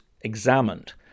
examined